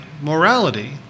morality